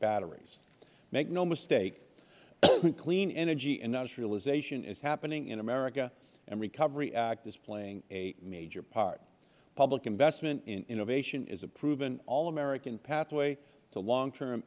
batteries make no mistake clean energy industrialization is happening in america and the recovery act is playing a major part public investment in innovation is a proven all american pathway to long term